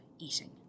eating